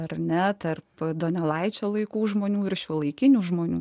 ar ne tarp donelaičio laikų žmonių ir šiuolaikinių žmonių